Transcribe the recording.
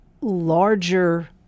larger